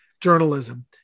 journalism